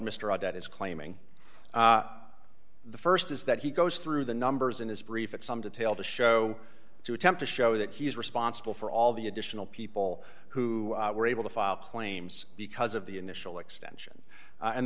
mr odette is claiming the st is that he goes through the numbers in his brief in some detail to show to attempt to show that he is responsible for all the additional people who were able to file claims because of the initial extension and